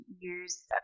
use